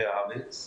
אחר-כך,